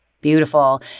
Beautiful